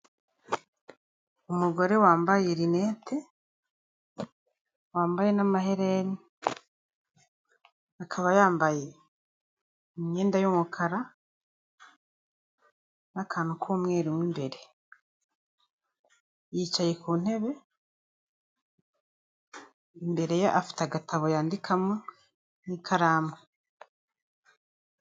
Umugore wambaye rinete, wambaye n'amaherena, akaba yambaye imyenda y'umukara n'akantu k'umweru mu imbere, yicaye ku ntebe, imbere ye afite agatabo yandikamo n'ikaramu.